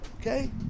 Okay